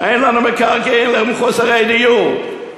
אין לנו מקרקעין למחוסרי דיור,